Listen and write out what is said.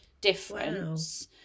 difference